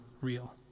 real